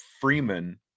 freeman